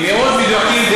הם מאוד מדויקים.